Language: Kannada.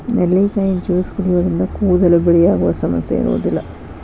ನೆಲ್ಲಿಕಾಯಿ ಜ್ಯೂಸ್ ಕುಡಿಯೋದ್ರಿಂದ ಕೂದಲು ಬಿಳಿಯಾಗುವ ಸಮಸ್ಯೆ ಇರೋದಿಲ್ಲ